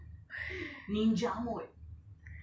bodoh